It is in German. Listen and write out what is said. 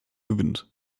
gewinnt